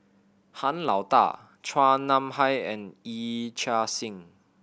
Han Lao Da Chua Nam Hai and Yee Chia Hsing